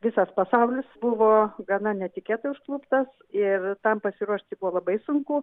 visas pasaulis buvo gana netikėtai užkluptas ir tam pasiruošti buvo labai sunku